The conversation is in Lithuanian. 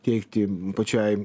teikti pačiai